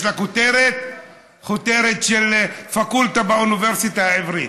יש לה כותרת של פקולטה באוניברסיטה העברית: